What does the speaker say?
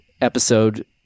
episode